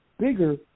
bigger